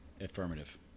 Affirmative